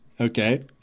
Okay